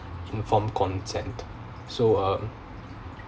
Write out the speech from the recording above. inform consent so um